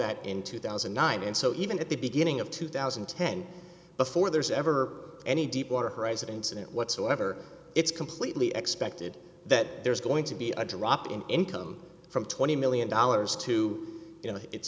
that in two thousand and nine and so even at the beginning of two thousand and ten before there's ever any deepwater horizon incident whatsoever it's completely expected that there's going to be a drop in income from twenty million dollars to